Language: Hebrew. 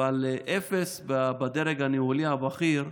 אבל אפס בדרג הניהולי הבכיר,